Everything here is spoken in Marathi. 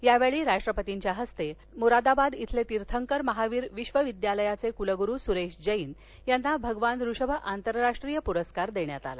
या वेळी राष्ट्रपतींच्या हस्ते मुरादाबाद इथले तीर्थंकर महावीर विध विद्यालयाचे कुलगुरू सुरेश जैन यांना भगवान ऋषभ आंतरराष्ट्रीय पुरस्कार देण्यात आला